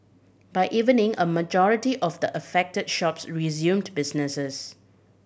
by evening a majority of the affected shops resumed businesses